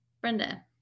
Brenda